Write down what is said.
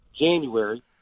January